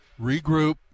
regroup